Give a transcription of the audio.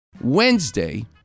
Wednesday